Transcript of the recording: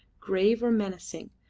grave or menacing,